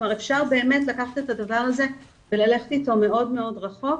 אפשר באמת לקחת את הדבר הזה וללכת איתו מאוד רחוק,